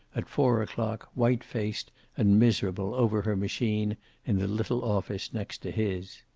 at four o'clock, white-faced and miserable over her machine in the little office next to his.